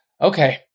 Okay